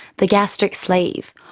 the gastric sleeve,